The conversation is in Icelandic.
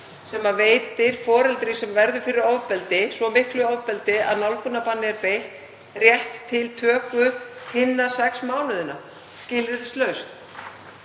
sem veitir foreldri sem verður fyrir ofbeldi, svo miklu ofbeldi að nálgunarbanni er beitt, rétt til töku hinna sex mánaðanna skilyrðislaust.